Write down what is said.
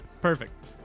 perfect